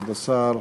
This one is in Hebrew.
כבוד השר,